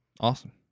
awesome